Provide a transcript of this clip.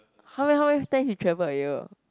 how many how many time he travel a year